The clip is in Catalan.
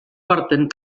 porten